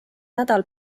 nädal